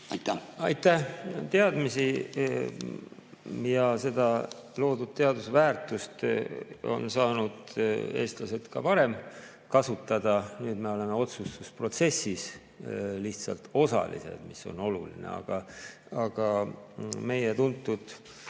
Aitäh! Teadmisi ja loodud teadusväärtust on saanud eestlased ka varem kasutada, nüüd me oleme lihtsalt otsustusprotsessis osalised, mis on oluline. Aga meie tuntud